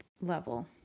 level